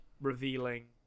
revealing